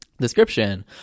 description